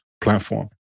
platform